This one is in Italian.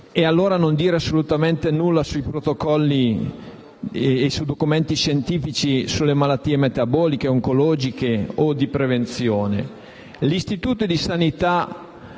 e non dire assolutamente nulla sui protocolli e sui documenti scientifici sulle malattie metaboliche, oncologiche o di prevenzione?